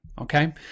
okay